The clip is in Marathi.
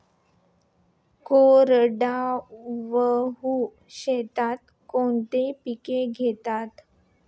कोरडवाहू शेतीत कोणती पिके घेतात?